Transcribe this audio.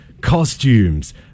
costumes